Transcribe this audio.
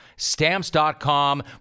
Stamps.com